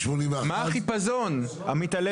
מה החיפזון, עמית הלוי?